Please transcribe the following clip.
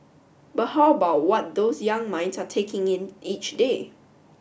but how about what those young minds are taking in each day